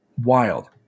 Wild